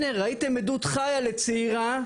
הנה ראיתם עדות חיה לצעירה,